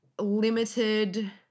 limited